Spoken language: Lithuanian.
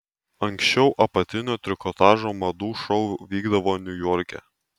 anksčiau apatinio trikotažo madų šou vykdavo niujorke